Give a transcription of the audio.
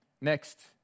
next